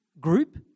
group